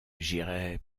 j’irai